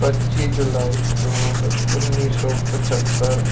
ਪੱਚੀ ਜੁਲਾਈ ਦੋ ਉੱਨੀ ਸੌ ਪੰਝੱਤਰ